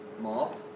mob